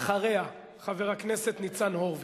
ואחריה, חבר הכנסת ניצן הורוביץ.